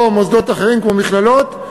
או למוסדות אחרים כמו מכללות,